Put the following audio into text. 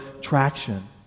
traction